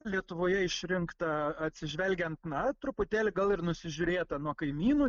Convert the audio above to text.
lietuvoje išrinkta atsižvelgiant na truputėlį gal ir nusižiūrėta nuo kaimynų